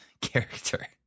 character